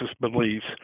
beliefs